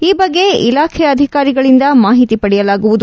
ಈ ಬಗ್ಗೆ ಇಲಾಖೆ ಅಧಿಕಾರಿಗಳಿಂದ ಮಾಹಿತಿ ಪಡೆಯಲಾಗುವುದು